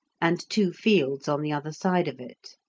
and two fields on the other side of it.